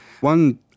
One